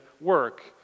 work